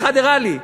אחד הראה לי,